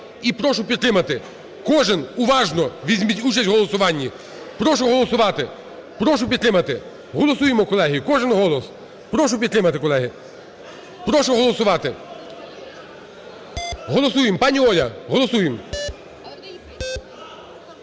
і прошу підтримати. Кожен уважно візьміть участь в голосуванні. Прошу голосувати. Прошу підтримати. Голосуємо, колеги. Кожен голос. Прошу підтримати, колеги. Прошу голосувати. Голосуємо. Пані Оля, голосуємо.